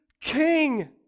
king